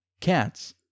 cats